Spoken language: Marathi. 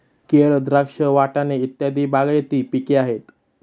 केळ, द्राक्ष, वाटाणे इत्यादी बागायती पिके आहेत